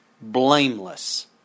blameless